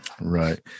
Right